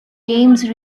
james